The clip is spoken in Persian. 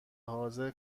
حاضر